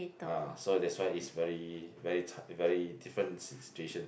ah so that's why it's very very very different si~ situation